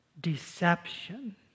deception